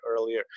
earlier